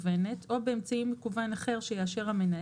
היתר או אישור לפי חוק רישוי